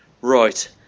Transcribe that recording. Right